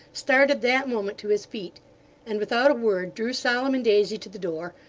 started that moment to his feet and, without a word, drew solomon daisy to the door,